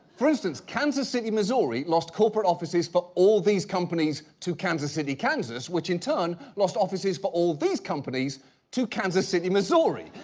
for instance, kansas city, missouri lost corporate offices for all these companies to kansas city, kansas which, in turn, lost offices for all these companies to kansas city, missouri.